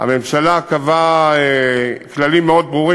הממשלה קבעה כללים מאוד ברורים.